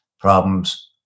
problems